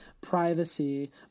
privacy